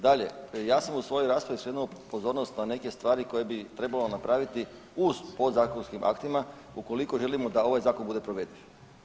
Dalje, ja sam u svojoj raspravi skrenuo pozornost na neke stvari koje bi trebalo napraviti u podzakonskim aktima ukoliko želimo da ovaj zakon bude provediv.